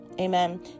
Amen